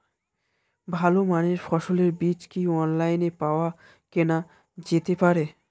ভালো মানের ফসলের বীজ কি অনলাইনে পাওয়া কেনা যেতে পারে?